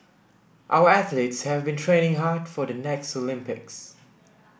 our athletes have been training hard for the next Olympics